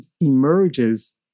emerges